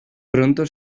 pronto